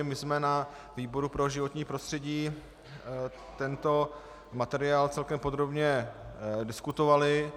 My jsme na výboru pro životní prostřední tento materiál celkem podrobně diskutovali.